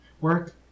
work